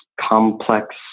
complex